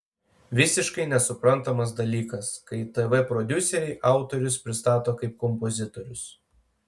visiškai nesuprantamas dalykas kai tv prodiuseriai autorius pristato kaip kompozitorius